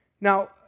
Now